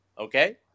Okay